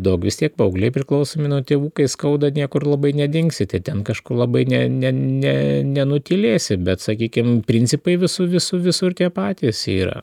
daug vis tiek paaugliai priklausomi nuo tėvų kai skauda niekur labai nedingsite ten kažko labai ne ne nenutylėsi bet sakykim principai visų visų visur tie patys yra